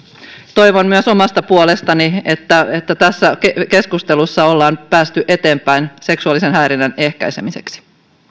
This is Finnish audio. toivon myös omasta puolestani että että tässä keskustelussa ollaan päästy eteenpäin seksuaalisen häirinnän ehkäisemiseksi